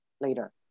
later